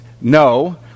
No